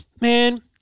man